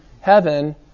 heaven